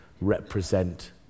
represent